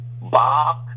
Bob